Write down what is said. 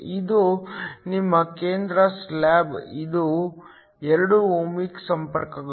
ಇದು ನಿಮ್ಮ ಕೇಂದ್ರ ಸ್ಲಾಬ್ ಇದು 2 ಓಹ್ಮಿಕ್ ಸಂಪರ್ಕಗಳು